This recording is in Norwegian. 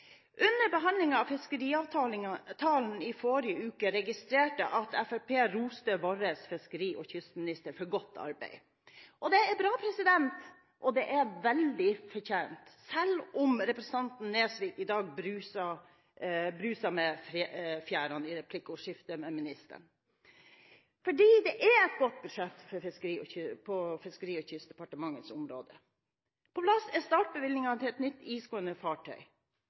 Under behandlingen av fiskeriavtalen i forrige uke registrerte jeg at Fremskrittspartiet roste vår fiskeri- og kystminister for godt arbeid. Det er bra, og det er veldig fortjent – selv om representanten Nesvik i dag bruste med fjærene i replikkordskifte med ministeren. Det er et godt budsjett på Fiskeri- og kystdepartementets område. På plass er startbevilgning til en nytt isgående fartøy,